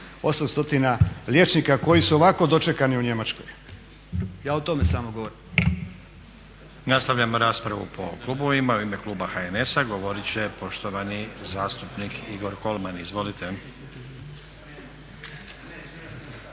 800 liječnika koji su ovako dočekani u Njemačkoj. Ja o tome samo govorim.